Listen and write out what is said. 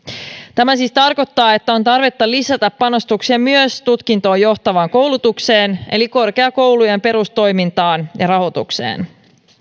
tämä siis tarkoittaa että on tarvetta lisätä panostuksia myös tutkintoon johtavaan koulutukseen eli korkeakoulujen perustoimintaan ja rahoitukseen